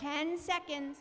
ten seconds